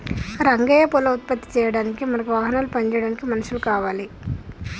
రంగయ్య పాల ఉత్పత్తి చేయడానికి మనకి వాహనాలు పని చేయడానికి మనుషులు కావాలి